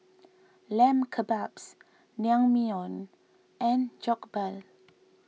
Lamb Kebabs Naengmyeon and Jokbal